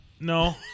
No